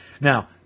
Now